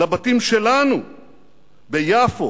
לבתים שלנו ביפו,